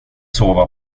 sova